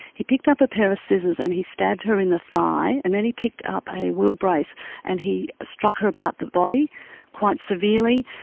he picked up a pair of scissors and he stabbed her in the thigh, and then he picked up a wheel-brace and he struck her about the body quite severely.